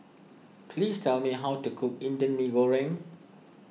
please tell me how to cook Indian Mee Goreng